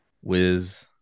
Wiz